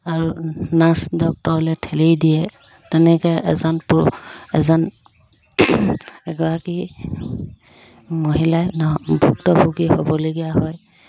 আৰু নাৰ্ছ ডক্তৰলৈ ঠেলি দিয়ে তেনেকৈ এজন এজন এগৰাকী মহিলাই ভুক্তভোগী হ'বলগীয়া হয়